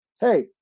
Hey